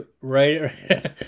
right